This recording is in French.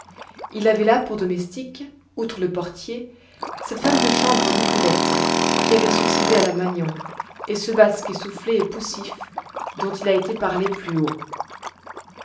il avait là pour domestiques outre le portier cette femme de chambre nicolette qui avait succédé à la magnon et ce basque essoufflé et poussif dont il a été parlé plus haut